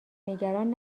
نگران